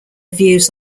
views